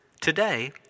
Today